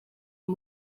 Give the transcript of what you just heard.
and